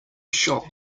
shop